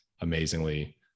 amazingly